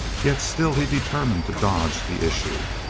yet still he determined to dodge the issue.